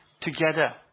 together